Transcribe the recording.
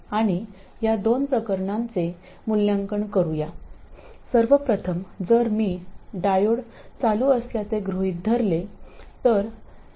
आणि या दोन प्रकरणांचे मूल्यांकन करूया सर्वप्रथम जर मी डायोड चालू असल्याचे गृहीत धरले तर येथे माझ्याकडे ०